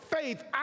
faith